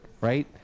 right